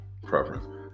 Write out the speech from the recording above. preference